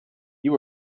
you